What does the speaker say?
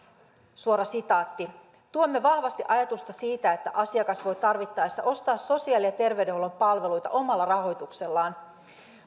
suora sitaatti tuemme vahvasti ajatusta myös siitä että asiakas voi tarvittaessa ostaa sosiaali ja terveydenhuollon palveluita omalla rahoituksellaan